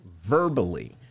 verbally